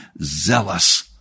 zealous